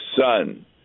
son